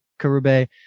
Karube